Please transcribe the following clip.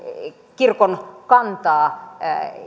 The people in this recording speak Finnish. kirkon kantaa